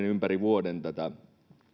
ympäri vuoden tätä